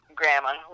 grandma